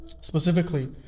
Specifically